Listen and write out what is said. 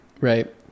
Right